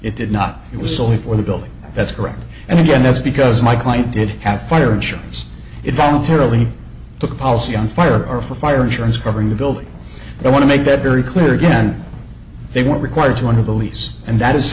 it did not it was solely for the building that's correct and again that's because my client did have fire insurance it voluntarily took a policy on fire or fire insurance covering the building but i want to make that very clear again they were required to under the lease and that is